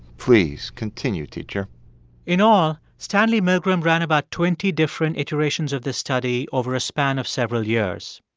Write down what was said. please, continue, teacher in all, stanley milgram ran about twenty different iterations of this study over a span of several years.